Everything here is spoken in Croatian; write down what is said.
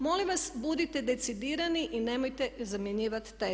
Molim vas budite decidirani i nemojte zamjenjivati teze.